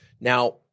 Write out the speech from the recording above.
Now